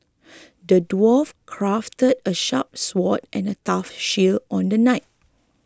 the dwarf crafted a sharp sword and a tough shield on the knight